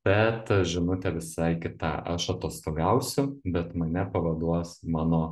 bet žinutė visai kita aš atostogausiu bet mane pavaduos mano